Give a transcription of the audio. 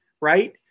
Right